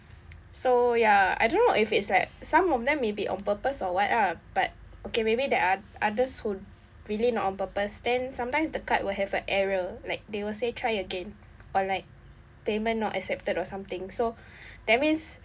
so ya I don't know if it's like some of them may be on purpose or what lah but okay maybe there are others who really not on purpose then sometimes the card will have a error like they will say try again or payment not accepted or something so that means